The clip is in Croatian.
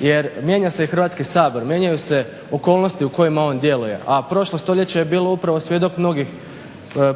Jer mijenja se i Hrvatski sabor, mijenjaju se okolnosti u kojima on djeluje, a prošlo stoljeće je bilo upravo svjedok mnogih